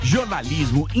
Jornalismo